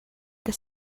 que